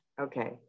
Okay